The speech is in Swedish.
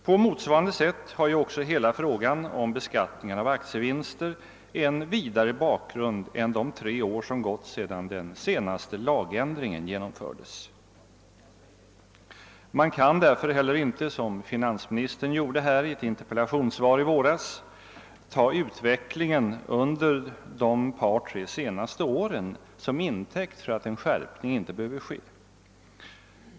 På motsvarande sätt har hela frågan om beskattningen av aktievinster en vidare bakgrund än enbart utvecklingen under de tre år som gått sedan den senaste lagändringen genomfördes. Man kan därför heller inte, som finansministern gjorde här i ett interpellationssvar i våras, ta utvecklingen under de tre senaste åren som intäkt för påståendet att en skärpning inte behöver ske.